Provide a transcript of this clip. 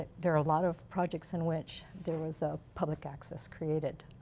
ah there are a lot of projects in which there was a public access created.